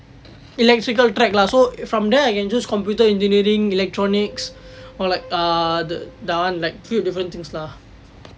electrical track lah so from there I can choose computer engineering electronics or like err the that one like two different things lah